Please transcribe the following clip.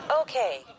Okay